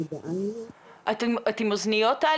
באמת נעשתה פגישה מקדימה שלנו עם משרדי הממשלה החברתיים שזה,